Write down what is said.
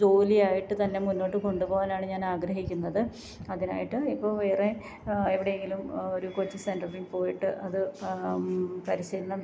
ജോലിയായിട്ട് തന്നെ മുന്നോട്ടു കൊണ്ടുപോകാനാണ് ഞാനാഗ്രഹിക്കുന്നത് അതിനായിട്ട് ഇപ്പോള് വേറെ എവിടെയെങ്കിലും ഒരു കോച്ചിങ് സെന്ററില് പോയിട്ട് അത് പരിശീലനം